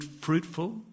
fruitful